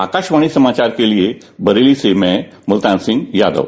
आकाशवाणी समाचार के लिए बरेली से मैं मुल्तान सिंह यादव